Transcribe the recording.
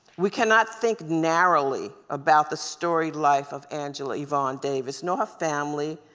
we cannot think narrowly about the storied life of angela yvonne davis, nor her family,